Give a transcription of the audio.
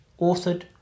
authored